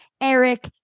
Eric